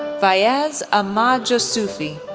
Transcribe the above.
fayaz ahmad josufi,